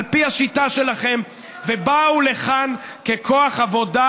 על פי השיטה שלכם, ובאו לכאן ככוח עבודה.